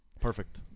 Perfect